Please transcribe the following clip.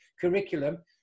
curriculum